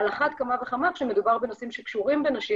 על אחת כמה וכמה כשמדובר בנושאים שקשורים בנשים